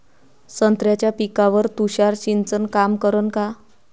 संत्र्याच्या पिकावर तुषार सिंचन काम करन का?